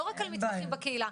לא רק על מתמחים בקהילה.